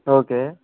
okay